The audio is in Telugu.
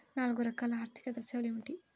నాలుగు రకాల ఆర్థికేతర సేవలు ఏమిటీ?